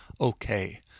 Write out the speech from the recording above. okay